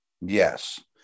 Yes